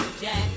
Jack